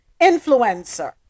Influencer